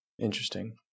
Interesting